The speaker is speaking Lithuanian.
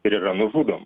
ir yra nužudom